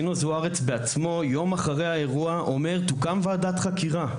שמעון זוארץ בעצמו אומר יום אחרי האירוע שתוקם ועדת חקירה.